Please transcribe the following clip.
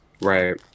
right